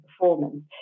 performance